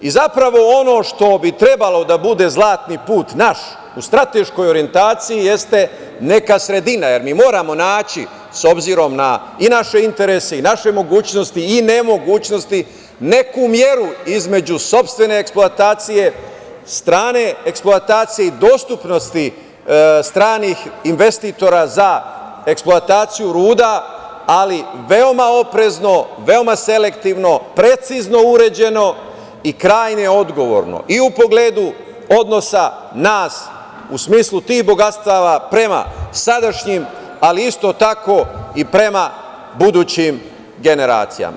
Zapravo, ono što bi trebalo da bude zlatni put naš u strateškoj orijentaciji jeste neka sredina, jer mi moramo naći, s obzirom na i naše interese i naše mogućnosti i nemogućnosti, neku meru između sopstvene eksploatacije, strane eksploatacije i dostupnosti stranih investitora za eksploataciju ruda, ali veoma oprezno, veoma selektivno, precizno uređeno i krajnje odgovorno i u pogledu odnosa nas u smislu tih bogatstava prema sadašnjim, ali isto tako i prema budućim genracijama.